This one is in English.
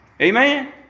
Amen